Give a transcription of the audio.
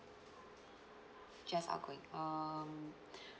just outgoing um